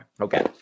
Okay